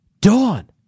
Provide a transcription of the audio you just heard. Dawn